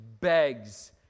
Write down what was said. begs